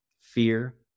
fear